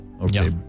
Okay